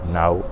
now